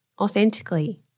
authentically